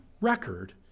record